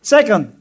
Second